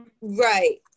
right